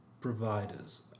providers